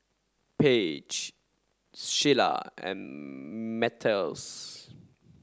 Paige Shelia and Mathias